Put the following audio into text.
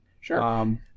Sure